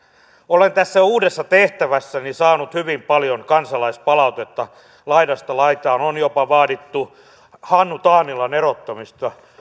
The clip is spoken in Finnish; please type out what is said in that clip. olen tässä uudessa tehtävässäni saanut hyvin paljon kansalaispalautetta laidasta laitaan on jopa vaadittu hannu taanilan erottamista